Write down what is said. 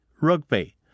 rugby